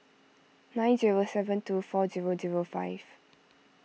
nine zero seven two four zero zero five